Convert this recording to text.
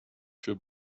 für